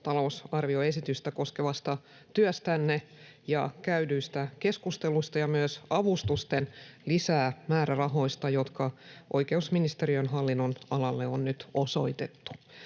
talousarvioesitystä koskevasta työstänne ja käydyistä keskusteluista ja myös avustusten lisämäärärahoista, jotka oikeusministeriön hallin-nonalalle on nyt osoitettu.